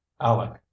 alec